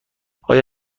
آیا